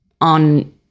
on